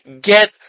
get